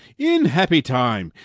in happy time,